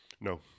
No